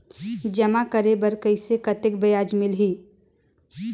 जमा करे बर कइसे कतेक ब्याज मिलही?